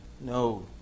No